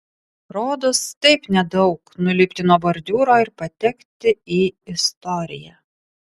rodos taip nedaug nulipti nuo bordiūro ir patekti į istoriją